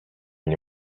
nie